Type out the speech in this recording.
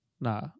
Nah